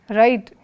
right